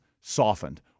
softened